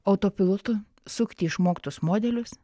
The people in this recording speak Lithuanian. autopilotu sukti išmoktus modelius